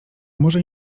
może